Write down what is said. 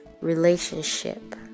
relationship